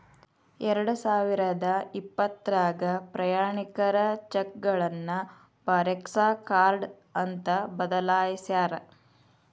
ಎರಡಸಾವಿರದ ಇಪ್ಪತ್ರಾಗ ಪ್ರಯಾಣಿಕರ ಚೆಕ್ಗಳನ್ನ ಫಾರೆಕ್ಸ ಕಾರ್ಡ್ ಅಂತ ಬದಲಾಯ್ಸ್ಯಾರ